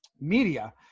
media